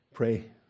pray